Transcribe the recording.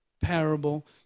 parable